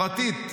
פרטית,